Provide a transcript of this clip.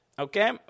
Okay